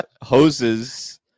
Hoses